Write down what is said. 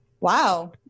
Wow